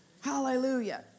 Hallelujah